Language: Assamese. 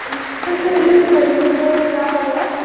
ফেমিলী লৈ যোৱা হ'ব